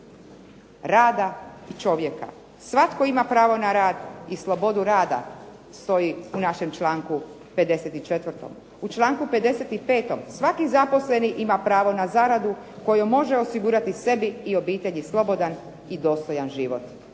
rada i čovjeka. Svatko ima pravo na rad i slobodu rada stoji u našem članku 54. U članku 55. svaki zaposleni ima pravo na zaradu kojom može osigurati sebi i obitelji slobodan i dostojan život.